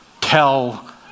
tell